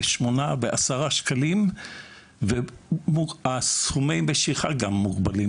8 ו-10 שקלים וגם סכומי המשיכה מוגבלים.